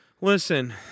Listen